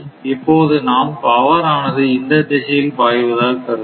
இப்போது நாம் பவர் ஆனது இந்த திசையில் பாய்வதாக கருதுவோம்